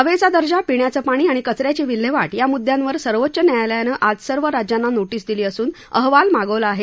हवेचा दर्जा पिण्याचं पाणी आणि कच याची विल्हेवाट या मुद्यांवर सर्वोच्च न्यायालयानं आज सर्व राज्यांना नोटीस दिली असून अहवाल मागवला आहे